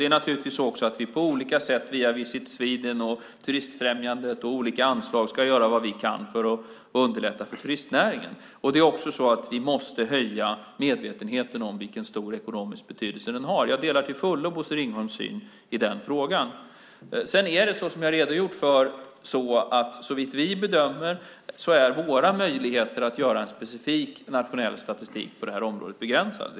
Det är naturligtvis också så att vi på olika sätt via Visit Sweden, turistfrämjandet och olika anslag ska göra vad vi kan för att underlätta för turistnäringen. Vi måste också öka medvetenheten om vilken stor ekonomisk betydelse den har. Jag delar till fullo Bosse Ringholms syn i den frågan. Sedan är det, som jag redogjort för, så att våra möjligheter att göra en specifik nationell statistik på detta område såvitt vi bedömer är begränsade.